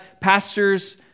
pastors